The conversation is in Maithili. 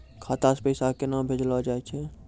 खाता से पैसा केना भेजलो जाय छै?